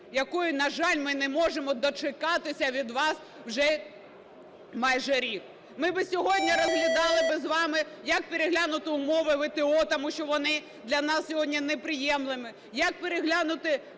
якої, на жаль, ми не можемо дочекатися від вас вже майже рік. Ми би сьогодні розглядали би з вами, як переглянути умови ВТО, тому що вони для нас сьогодні неприйнятні, як переглянути